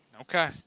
Okay